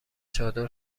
چادر